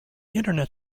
internet